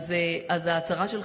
אז ההצהרה שלך,